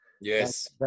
Yes